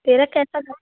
तेरा कैसा गा